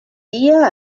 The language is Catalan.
dia